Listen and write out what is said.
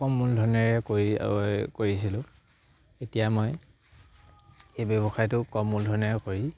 কম মূলধনেৰে কৰি কৰিছিলোঁ এতিয়া মই সেই ব্যৱসায়টো কম মূলধনেৰে কৰি